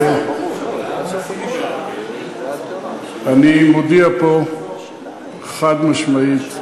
אני מודיע פה חד-משמעית: